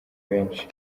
benshi